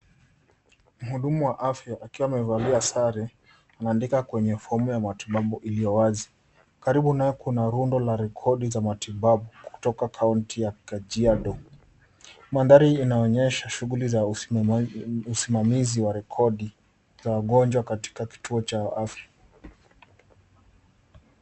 Mhudumu wa afya akiwa amevalia sare anaandika kwenye fomu ya matibabu iliyo wazi. Karibu naye kuna rundo la rekodi za matibau kutoka kaunti ya Kajiado. Mandhari inaonyesha shuguli za usimamizi wa rekodi za wagonjwa katika kituo cha afya.